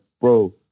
bro